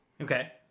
Okay